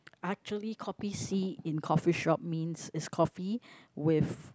actually kopi C in coffee shop means is coffee with